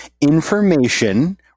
information